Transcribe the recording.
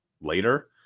later